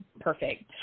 perfect